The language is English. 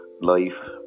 life